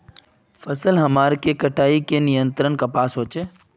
फसल हमार के कटाई का नियंत्रण कपास होचे?